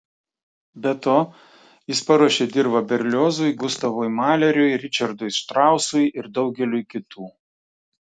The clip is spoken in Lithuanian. be to jis paruošė dirvą berliozui gustavui maleriui ričardui strausui ir daugeliui kitų